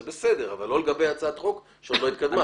זה בסדר אבל לא לגבי הצעת חוק שעוד לא התקדמה.